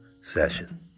session